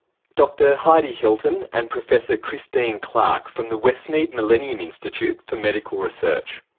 dr heidi hilton and professor christine clarke from the westmead millennium institute for medical research.